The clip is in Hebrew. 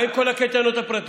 מה עם כל הקייטנות הפרטיות?